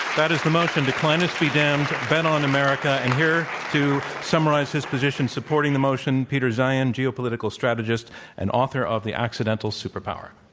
that is the motion declinists be damned bet on america, and here to summarize his position supporting the motion, peter zeihan, geopolitical strategist and author of the accidental super power.